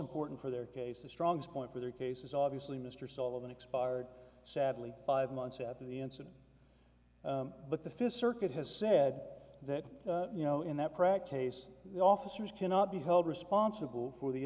important for their case the strongest point for their case is obviously mr sullivan expired sadly five months after the incident but the fifth circuit has said that you know in that practice the officers cannot be held responsible for the